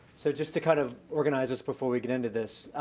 so, just to kind of organize us before we get into this.